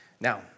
Now